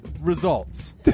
results